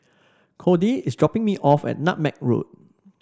Codey is dropping me off at Nutmeg Road